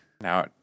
Now